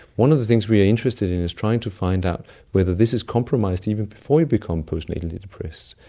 one of the things we're interested in is trying to find out whether this is compromised even before you become post-natally depressed,